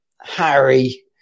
Harry